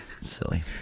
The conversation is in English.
Silly